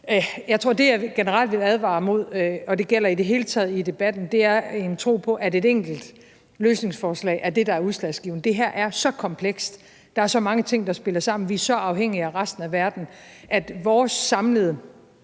Jeg tror, at det, jeg generelt vil advare imod – og det gælder i det hele taget i debatten – er en tro på, at et enkelt løsningsforslag er det, der er udslagsgivende. Det her er så komplekst, der er så mange ting, der spiller sammen, og vi er så afhængige af resten af verden, at vores samlede